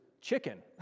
chicken